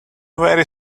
very